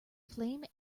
flame